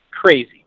crazy